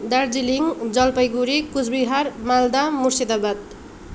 Darjeeling Jalpaiguri Coochbehar Malda Murshidabad